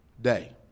day